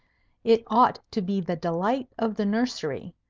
it ought to be the delight of the nursery.